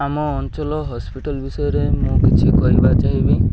ଆମ ଅଞ୍ଚଳ ହସ୍ପିଟାଲ୍ ବିଷୟରେ ମୁଁ କିଛି କହିବା ଚାହିଁବି